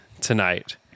tonight